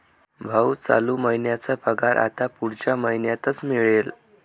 भाऊ, चालू महिन्याचा पगार आता पुढच्या महिन्यातच मिळेल